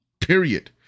Period